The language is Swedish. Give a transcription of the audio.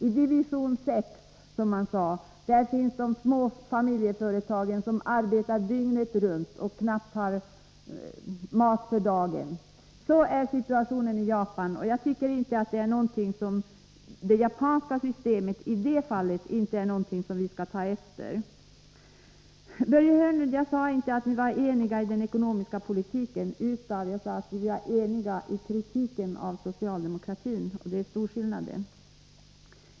I division 6 finns de små familjeföretagen, där man arbetar dygnet runt och knappt har mat för dagen. Så är situationen i Japan, och jag tycker inte att det japanska systemet i det fallet är någonting vi skall ta efter. Jag sade inte, Börje Hörnlund, att ni var eniga om den ekonomiska politiken, utan jag sade att ni var eniga i kritiken av socialdemokratin. Det är stor skillnad.